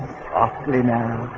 ah softly man